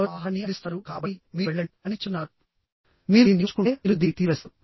ఎవరో ఆహారాన్ని అందిస్తున్నారు కాబట్టి మీరు వెళ్ళండి అని చెప్తున్నారు మీరు దీన్ని ఉంచుకుంటే మీరు దీన్ని తీసివేస్తారు